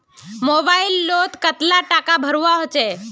Mobile लोत कतला टाका भरवा होचे?